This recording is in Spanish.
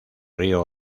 río